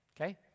okay